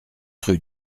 rue